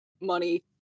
money